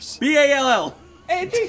B-A-L-L